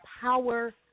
power